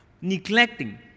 neglecting